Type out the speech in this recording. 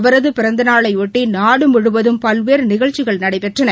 அவரது பிறந்தநாளையொட்டி நாடு முழுவதும் பல்வேறு நிகழ்ச்சிகள் நடைபெற்றன